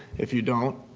if you don't